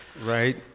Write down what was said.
right